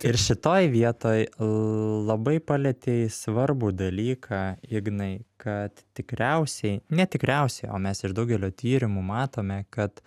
ir šitoj vietoj labai palietei svarbų dalyką ignai kad tikriausiai ne tikriausiai o mes iš daugelio tyrimų matome kad